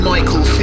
Michael